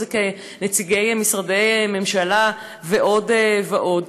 אם זה כנציגי משרדי ממשלה ועוד ועוד.